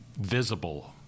visible